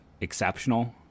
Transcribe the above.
exceptional